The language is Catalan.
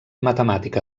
matemàtica